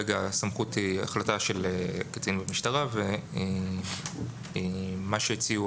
הסמכות היא החלטה של קצין משטרה ומה שהציעו